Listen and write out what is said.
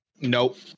Nope